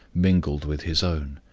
mingled with his own.